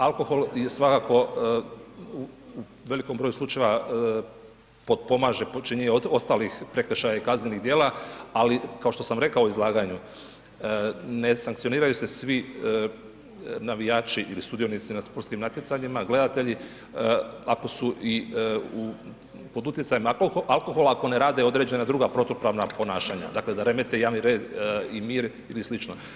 Alkohol je svakako u velikom broj u slučajeva potpomaže … ostalih prekršaja i kaznenih djela, ali kao što sam rekao u izlaganju ne sankcioniraju se svi navijači ili sudionici na sportskim natjecanjima, gledati ako su i pod utjecajem alkohola ako ne rade određena druga protupravna ponašanja, dakle da remete javni red i mir ili slično.